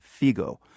Figo